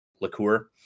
liqueur